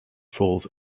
falls